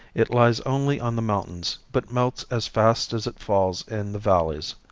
it lies only on the mountains, but melts as fast as it falls in the valleys.